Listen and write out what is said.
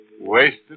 wasted